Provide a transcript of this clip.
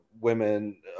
women